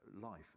life